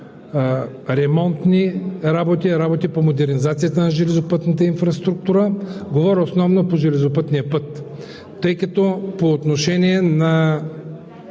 ремонтни работи, работи по модернизацията на железопътната инфраструктура. Говоря основно по железопътния път,